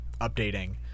updating